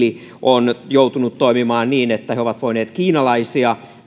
on joutunut toimimaan niin että he ovat voineet kiinalaisia